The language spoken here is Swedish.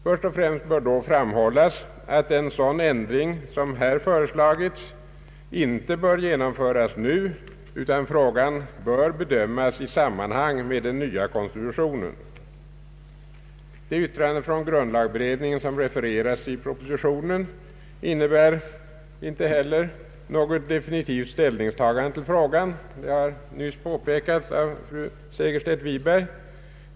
Först och främst bör då framhållas, att en sådan ändring som här föreslagits inte bör genomföras nu, utan frågan bör bedömas i sammanhang med den nya konstitutionen. Det yttrande från grundlagberedningen som refereras i propositionen innebär inte heller något definitivt ställningstagande till frågan — det har nyss påpekats av fru Segerstedt Wiberg.